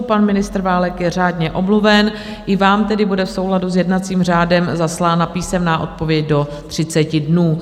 Pan ministr Válek je řádně omluven, i vám tedy bude v souladu s jednacím řádem zaslána písemná odpověď do 30 dnů.